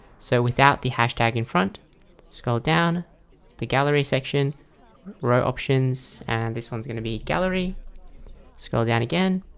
so without the hashtag in front scroll down the gallery section row options and this one's going to be gallery scroll down again,